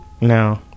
No